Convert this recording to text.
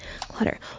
clutter